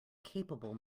capable